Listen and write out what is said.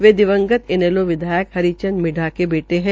वे दिवंगत इनैलो विधायक हरिचन्द्र मिड़डा के बेटे है